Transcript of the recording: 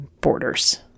borders